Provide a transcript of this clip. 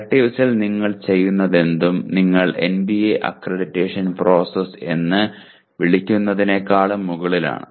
എലക്ടീവ്സിൽ നിങ്ങൾ ചെയ്യുന്നതെന്തും നിങ്ങൾ എൻബിഎ അക്രഡിറ്റേഷൻ പ്രോസസ് എന്ന് വിളിക്കുന്നതിനേക്കാളും മുകളിലാണ്